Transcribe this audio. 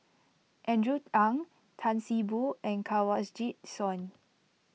Andrew Ang Tan See Boo and Kanwaljit Soin